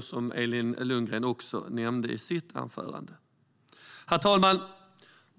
som Elin Lundgren också nämnde i sitt anförande. Herr talman!